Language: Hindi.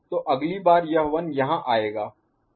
तो अगली बार यह 1 यहाँ आएगा